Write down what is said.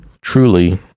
truly